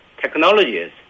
technologies